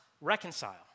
reconcile